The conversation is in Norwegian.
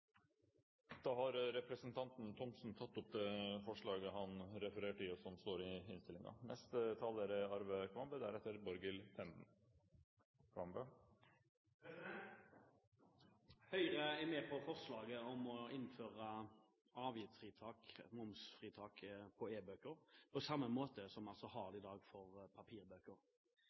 har sammen med Høyre, Kristelig Folkeparti og Venstre. Representanten Ib Thomsen har tatt opp det forslaget han refererte til. Høyre er med på forslaget om å innføre avgiftsfritak, momsfritak, på e-bøker, på samme måte som vi har det i dag for papirbøker.